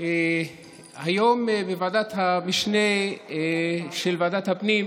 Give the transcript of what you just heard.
היום בוועדת המשנה של ועדת הפנים,